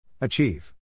Achieve